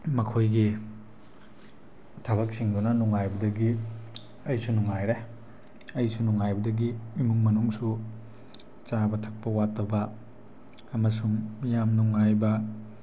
ꯃꯈꯣꯏꯒꯤ ꯊꯕꯛꯁꯤꯡꯗꯨꯅ ꯅꯨꯡꯉꯥꯏꯕꯗꯒꯤ ꯑꯩꯁꯨ ꯅꯨꯡꯉꯥꯏꯔꯦ ꯑꯩꯁꯨ ꯅꯨꯡꯉꯥꯏꯕꯗꯒꯤ ꯏꯃꯨꯡ ꯃꯅꯨꯡꯁꯨ ꯆꯥꯕ ꯊꯛꯄ ꯋꯥꯠꯇꯕ ꯑꯃꯁꯨꯡ ꯌꯥꯝ ꯅꯨꯡꯉꯥꯏꯕ